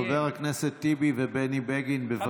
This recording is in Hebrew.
חברי הכנסת טיבי ובני בגין, בבקשה.